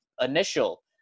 initial